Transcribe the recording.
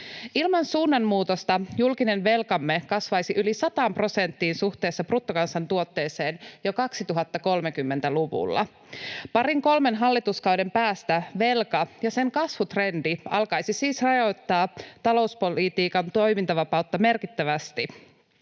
Ilman suunnanmuutosta julkinen velkamme kasvaisi yli sataan prosenttiin suhteessa bruttokansantuotteeseen jo 2030-luvulla. Parin kolmen hallituskauden päästä velka ja sen kasvutrendi alkaisi siis rajoittaa talouspolitiikan toimintavapautta merkittävästi.